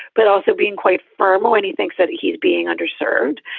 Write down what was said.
but also being quite firm or anything so that he's being underserved.